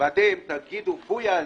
ואתם תגידו: פויה,